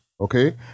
Okay